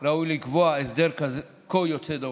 ראוי לקבוע הסדר כה יוצא דופן.